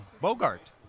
Bogart